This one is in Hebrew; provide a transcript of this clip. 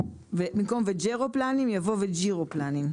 יבוא "וג'ירופלנים".